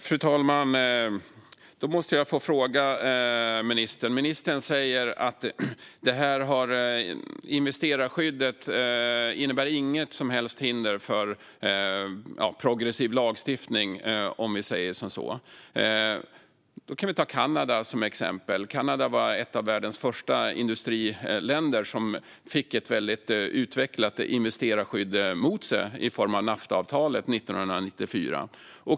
Fru talman! Jag måste ställa en fråga till ministern. Ministern säger att investerarskyddet inte innebär något som helst hinder för progressiv lagstiftning. Vi kan ta Kanada som exempel. Kanada var ett av världens första industriländer som fick ett väldigt utvecklat investerarskydd mot sig i form av Naftaavtalet 1994.